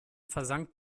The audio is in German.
versank